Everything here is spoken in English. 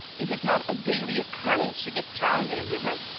is it not a daily occurrence to get drowned in a river?